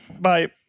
Bye